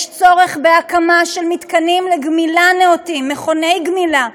יש צורך בהקמת מתקנים נאותים לגמילה, מכוני גמילה.